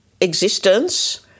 existence